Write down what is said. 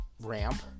ramp